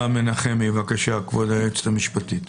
מנחמי, כבוד היועצת המשפטית,